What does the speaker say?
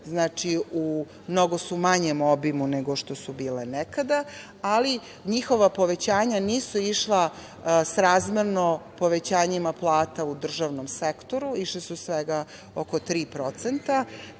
Znači, u mnogo su manjem obimu nego što su bile nekada, ali njihova povećanja nisu išla srazmerno povećanjima plata u državnom sektoru. Išle su svega oko 3%.